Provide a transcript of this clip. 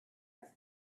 here